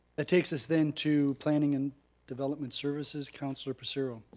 that takes us then to planning and development services. councilor passero.